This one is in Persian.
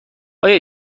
آیا